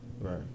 Right